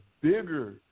bigger